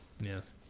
Yes